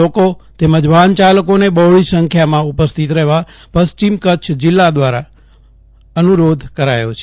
લોકો તેમજ વાહન ચાલકોને બહોળી સંખ્યામાં ઉપસ્થિત રહએવા પશ્ચિમ કચ્છ પોલીસ દ્વારા અનુરોધ કરાયો છે